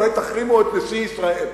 אולי תחרימו את נשיא ישראל.